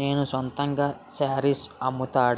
నేను సొంతంగా శారీస్ అమ్ముతాడ,